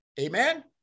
Amen